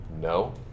No